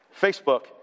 Facebook